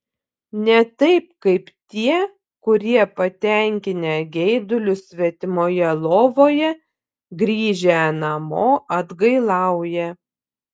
ne taip kaip tie kurie patenkinę geidulius svetimoje lovoje grįžę namo atgailauja